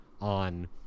on